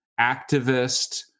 activist